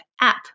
app